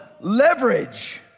leverage